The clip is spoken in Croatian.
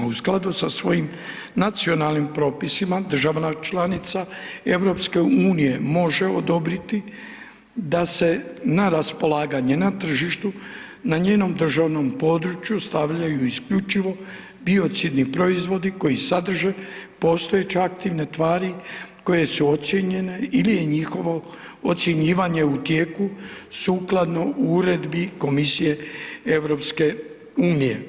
U skladu sa svojim nacionalnim propisima država članica EU može odobriti da se na raspolaganje na tržištu na njenom državnom području stavljaju isključivo biocidni proizvodi koji sadrže postojeće aktivne tvari koje su ocijenjene ili je njihovo ocjenjivanje u tijeku sukladno uredbi Komisije EU.